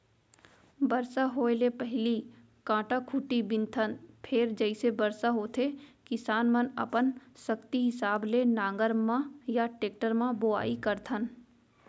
बरसा होए ले पहिली कांटा खूंटी बिनथन फेर जइसे बरसा होथे किसान मनअपन सक्ति हिसाब ले नांगर म या टेक्टर म बोआइ करथन